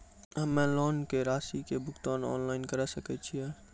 हम्मे लोन के रासि के भुगतान ऑनलाइन करे सकय छियै?